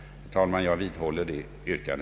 Herr talman! Jag vidhåller mitt yrkande.